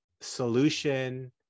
solution